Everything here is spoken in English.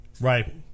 Right